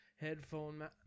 headphone